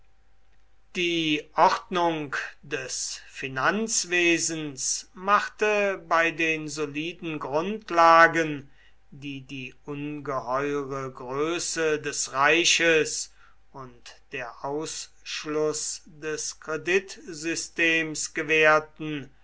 die ordnung des finanzwesens machte bei den soliden grundlagen die die ungeheure größe des reiches und der ausschluß des kreditsystems gewährten